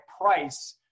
price